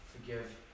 forgive